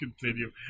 continue